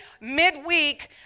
midweek